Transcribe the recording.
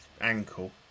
ankle